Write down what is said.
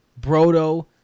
Brodo